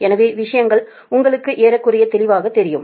எனவே விஷயங்கள் உங்களுக்கு ஏறக்குறைய தெளிவாகத் தெரியும்